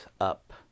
up